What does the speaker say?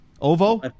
Ovo